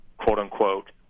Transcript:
quote-unquote